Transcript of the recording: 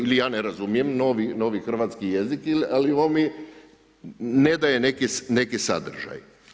Ili ja ne razumijem novi hrvatski jezik ali ovo mi ne daje neki sadržaj.